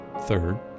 Third